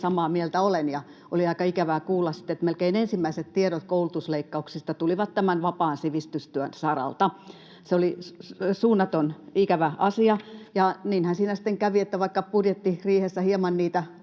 samaa mieltä olen, ja oli aika ikävää kuulla sitten, että melkein ensimmäiset tiedot koulutusleikkauksesta tulivat tämän vapaan sivistystyön saralta. Se oli suunnaton, ikävä asia, ja niinhän siinä sitten kävi, että vaikka budjettiriihessä hieman niitä